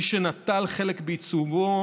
מי שנטל חלק בעיצובו,